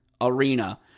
Arena